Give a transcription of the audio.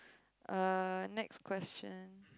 uh next question